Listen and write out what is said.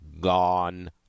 gone